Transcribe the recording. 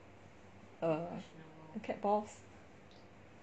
err cat balls